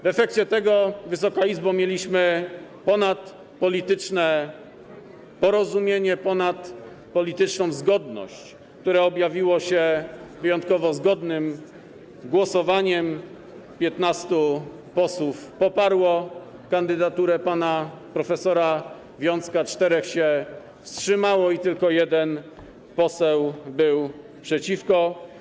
W efekcie tego, Wysoka Izbo, mieliśmy ponadpolityczne porozumienie, ponadpolityczną zgodność, które objawiły się wyjątkowo zgodnym głosowaniem: 15 posłów poparło kandydaturę pana prof. Wiącka, 4 się wstrzymało i tylko 1 poseł był przeciwko.